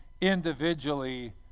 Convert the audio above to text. individually